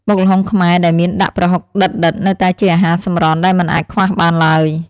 បុកល្ហុងខ្មែរដែលមានដាក់ប្រហុកដិតៗនៅតែជាអាហារសម្រន់ដែលមិនអាចខ្វះបានឡើយ។